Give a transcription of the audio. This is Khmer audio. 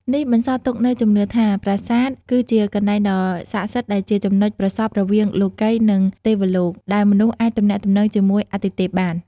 នេះបន្សល់ទុកនូវជំនឿថា ប្រាសាទគឺជាកន្លែងដ៏ស័ក្តិសិទ្ធិដែលជាចំណុចប្រសព្វរវាងលោកិយ និងទេវលោក ដែលមនុស្សអាចទំនាក់ទំនងជាមួយអាទិទេពបាន។